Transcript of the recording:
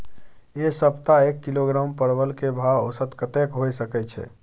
ऐ सप्ताह एक किलोग्राम परवल के भाव औसत कतेक होय सके छै?